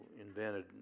invented